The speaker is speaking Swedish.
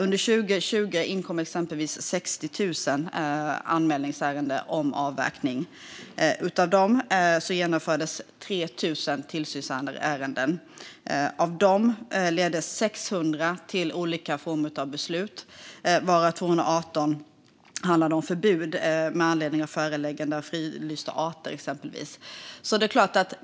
Exempelvis inkom 60 000 anmälningsärenden om avverkning under 2020. Bland dessa genomfördes 3 000 tillsynsärenden. Av dem ledde 600 till olika former av beslut, varav 218 handlade om förbud, exempelvis med anledning av förelägganden om fridlysta arter.